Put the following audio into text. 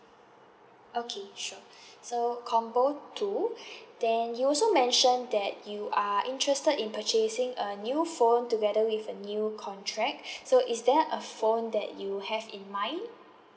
okay sure so combo two then you also mentioned that you are interested in purchasing a new phone together with a new contract so is there a phone that you have in mind